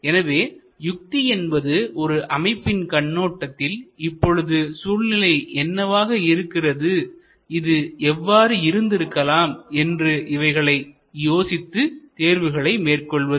எனவே யுத்தி என்பது ஒரு அமைப்பின் கண்ணோட்டத்தில் இப்பொழுது சூழ்நிலை என்னவாக இருக்கிறது இது எவ்வாறு இருந்திருக்கலாம் என்று இவைகளை யோசித்து தேர்வுகளை மேற்கொள்வது